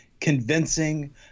convincing